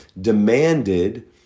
demanded